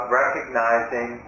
recognizing